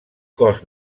cost